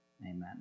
Amen